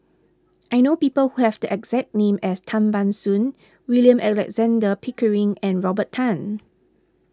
I know people who have the exact name as Tan Ban Soon William Alexander Pickering and Robert Tan